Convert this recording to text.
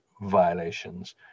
violations